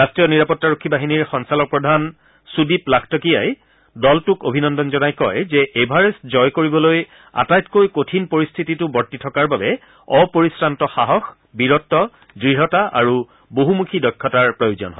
ৰাষ্ট্ৰীয় নিৰাপত্তাৰক্ষী বাহিনীৰ সঞ্চালকপ্ৰধান সুদীপ লাখটকীয়াই দলটোক অভিনন্দন জনাই কয় যে এভাৰেষ্ট জয় কৰিবলৈ আটাইতকৈ কঠিন পৰিস্থিতিতো বৰ্তি থকাৰ বাবে অপৰিশ্ৰান্ত সাহস বীৰত্ব দ্ঢ়তা আৰু বহুমুখী দক্ষতাৰ প্ৰয়োজন হয়